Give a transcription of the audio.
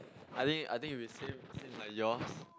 I think I think will be same same like yours